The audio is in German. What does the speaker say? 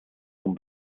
vom